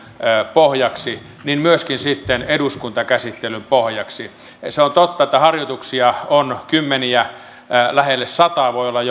pohjaksi myöskin sitten eduskuntakäsittelyn pohjaksi se on totta että harjoituksia on kymmeniä jopa lähelle sata voi olla